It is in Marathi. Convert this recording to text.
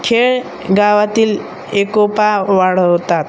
खेळ गावातील एकोपा वाढवतात